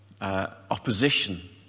opposition